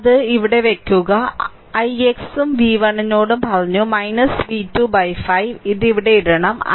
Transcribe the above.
അത് അവിടെ വയ്ക്കുക ix ഉം v1 നോട് പറഞ്ഞു v2 5 ഇത് ഇവിടെ ഇടണം ix